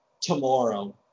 tomorrow